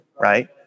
right